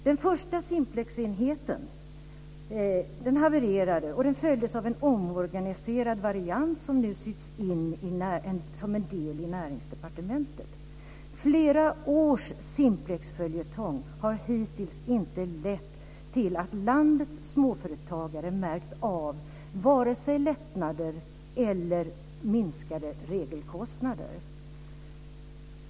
Den första Simplexenheten havererade och följdes av en omorganiserad variant som nu sytts in som en del av Näringsdepartementet. Flera års Simplexföljetong har hittills inte lett till att landets småföretagare märkt av vare sig lättnader eller minskade regelkostnader.